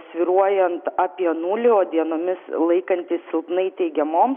svyruojant apie nulį o dienomis laikantis silpnai teigiamom